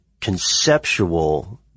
conceptual